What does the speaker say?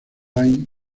online